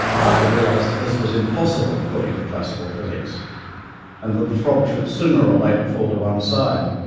michael realised that this was impossible according to classical physics and that the frog should sooner or later fall to one side.